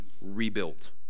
rebuilt